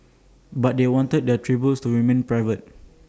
but they wanted their tributes to remain private